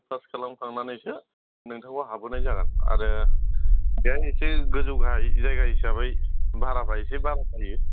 gate pass खालाम खांनानैसो नोंथांखाै हाबहोनाय जागोन आरो बेहाय एसे गोजौ गाहाय जायगा हिसाबै भाराफ्रा इसे बारा जायो